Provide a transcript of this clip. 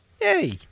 Yay